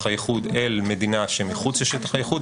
האיחוד אל מדינה שמחוץ לשטח האיחוד,